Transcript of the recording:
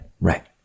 right